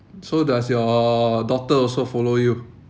so does your daughter also follow you